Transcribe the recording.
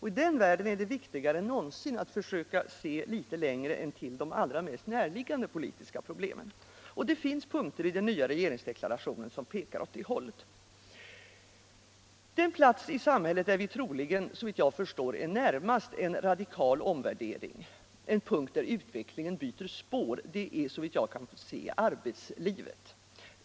I den världen är det viktigare än någonsin att försöka se litet längre än till de allra mest närliggande politiska problemen. Det finns punkter i den nya regeringsdeklarationen som pekar åt det hållet. Den plats i samhället där vi såvitt jag förstår är närmast en radikal omvärdering, en punkt där utvecklingen byter spår, är arbetslivet.